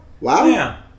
Wow